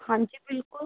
ਹਾਂਜੀ ਬਿਲਕੁਲ